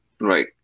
Right